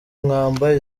mwamba